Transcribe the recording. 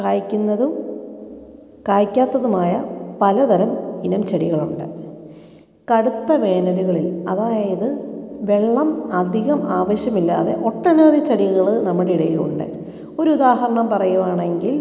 കായ്ക്കുന്നതും കായ്ക്കാത്തതുമായ പല തരം ഇനം ചെടികളുണ്ട് കടുത്ത വേനലുകളിൽ അതായത് വെള്ളം അധികം ആവശ്യം ഇല്ലാതെ ഒട്ടനവധി ചെടികൾ നമ്മുടെ ഇടയിലുണ്ട് ഒരുദാഹരണം പറയുവാണെങ്കിൽ